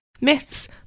myths